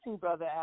Brother